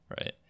right